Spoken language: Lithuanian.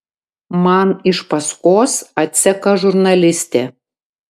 man iš paskos atseka žurnalistė